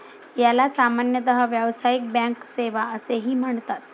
याला सामान्यतः व्यावसायिक बँक सेवा असेही म्हणतात